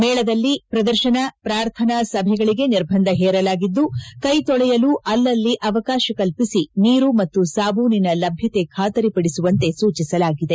ಮೇಳದಲ್ಲಿ ಪ್ರದರ್ಶನ ಪ್ರಾರ್ಥನಾ ಸಭೆಗಳಿಗೆ ನಿರ್ಬಂಧ ಹೇರಲಾಗಿದ್ದು ಕೈ ತೊಳೆಯಲು ಅಲ್ಲಲ್ಲಿ ಅವಕಾಶ ಕಲ್ಪಿಸಿ ನೀರು ಮತ್ತು ಸಾಬೂನಿನ ಲಭ್ಯತೆ ಖಾತರಿಪಡಿಸುವಂತೆ ಸೂಚಿಸಲಾಗಿದೆ